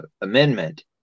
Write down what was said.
amendment